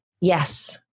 yes